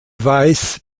weiß